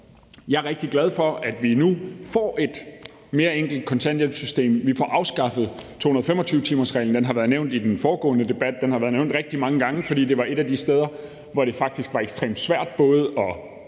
jeg er rigtig glad for, altså at vi nu får et mere enkelt dagpengesystem. Vi får afskaffet 225-timersreglen. Den har været nævnt i den foregående debat, den har været nævnt rigtig mange gange, fordi det var et af de steder, hvor det faktisk var ekstremt svært både at